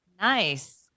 Nice